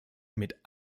mit